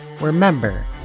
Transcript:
Remember